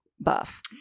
buff